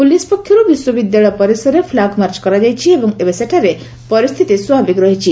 police ପକ୍ଷରୁ ବିଶ୍ୱବିଦ୍ୟାଳୟ ପରିସରରେ ଫ୍ଲାଗ୍ମାର୍ଚ୍ଚ କରାଯାଇଛି ଏବଂ ଏବେ ସେଠାରେ ପରିସ୍ଥିତି ସ୍ୱାଭାବିକ ରହିଛି